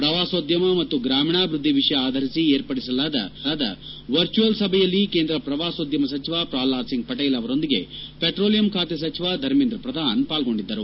ಪ್ರವಾಸೋದ್ಯಮ ಮತ್ತು ಗ್ರಾಮೀಣಾಭಿವೃದ್ಧಿ ವಿಷಯ ಆಧರಿಸಿ ಏರ್ಪಡಿಸಲಾದ ವರ್ಚುಯಲ್ ಸಭೆಯಲ್ಲಿ ಕೇಂದ್ರ ಪ್ರವಾಸೋದ್ಯಮ ಸಚಿವ ಪ್ರಹ್ಲಾದ್ ಸಿಂಗ್ ಪಟೇಲ್ ಅವರೊಂದಿಗೆ ಪೆಟ್ರೋಲಿಯಂ ಸಚಿವ ಧರ್ಮೇಂದ್ರ ಪ್ರಧಾನ್ ಪಾಲ್ಗೊಂಡಿದ್ದರು